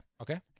Okay